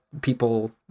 people